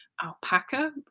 Alpaca